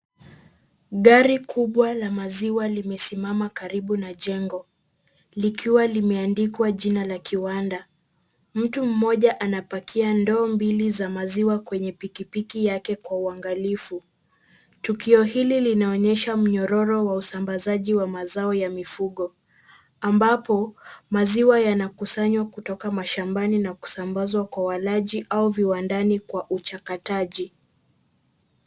Gari kubwa la maziwa limesimama karibu na jengo. Likiwa limeandikwa jina la kiwanda. Mtu mmoja anapakia ndoo mbili za maziwa kwenye pikipiki yake kwa uangalifu. Tukio hili linaonyesha mnyororo wa usambazaji wa mazao ya mifugo. Ambapo maziwa yanakusanywa kutoka mashambani na kusambazwa kwa walaji au viwandani kwa uchakataji.